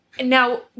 Now